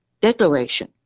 declaration